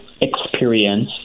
experience